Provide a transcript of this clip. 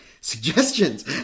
suggestions